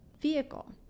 vehicle